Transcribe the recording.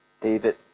David